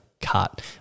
cut